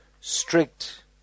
strict